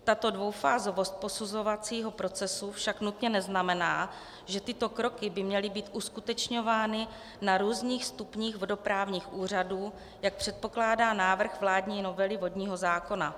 Tato dvoufázovost posuzovacího procesu však nutně neznamená, že tyto kroky by měly být uskutečňovány na různých stupních vodoprávních úřadů, jak předpokládá návrh vládní novely vodního zákona.